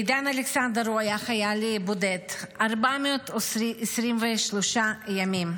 עידן אלכסנדר היה חייל בודד, 423 ימים,